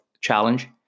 challenge